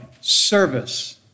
service